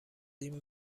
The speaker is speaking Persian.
این